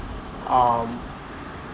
um